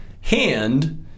hand